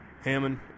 Hammond